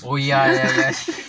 oh ya ya ya